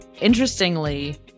Interestingly